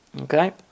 okay